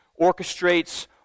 orchestrates